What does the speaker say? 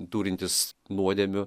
turintys nuodėmių